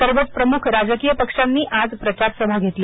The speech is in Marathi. सर्वच प्रमुख राजकीय पक्षांनी आज प्रचार सभा घेतल्या